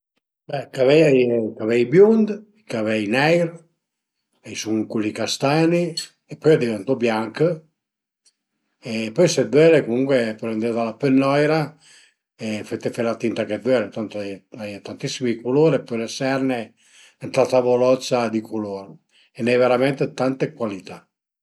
Be cavei a ie i cavei biund, i cavei neir, a i sun culi castani e pöi a diventu bianch e pöi se t'völe comuncue pöl andé da la pennoira e fete fe la tinta che t'völe tantu a ie a ie tantissimi culur e pöle serne s'la tavolozza di culur e a i ën e dë tante cualità